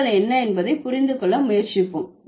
கூடுதல் என்ன என்பதை புரிந்து கொள்ள முயற்சிப்போம்